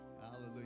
Hallelujah